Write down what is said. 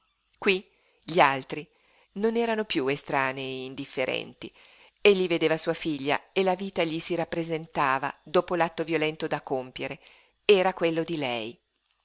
qui gli altri non erano piú estranei indifferenti egli vedeva sua figlia e la vita che gli si rappresentava dopo l'atto violento da compiere era quella di lei